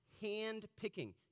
hand-picking